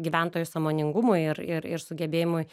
gyventojų sąmoningumui ir ir ir sugebėjimui